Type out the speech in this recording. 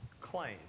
claim